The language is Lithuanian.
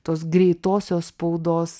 tos greitosios spaudos